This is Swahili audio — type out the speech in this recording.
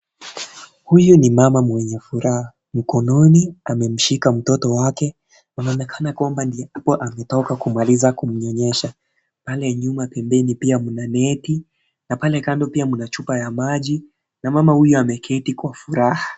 Huyu ni mama mwenye furaha. Mkononi amemshika mtoto wake anaonekana kwamba ndio hapo ametoka kumaliza kumnyonyesha. Pale nyuma pembeni pia mna neti na pale kando muna chupa ya maji na huyu ameketi kwa furaha.